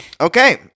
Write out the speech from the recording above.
Okay